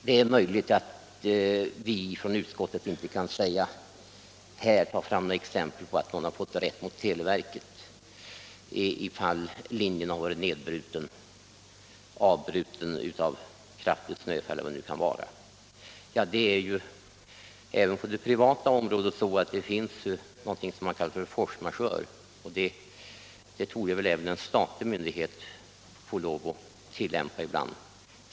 Det är möjligt att vi från utskottet inte här kan ta fram något exempel på att någon har fått rätt mot televerket, ifall linjen har varit avbruten av kraftigt snöfall eller vad det nu kan vara. Även på det privata området finns det ju någonting som man kallar force majeure, och det borde väl också en statlig myndighet få lov att tillämpa ibland.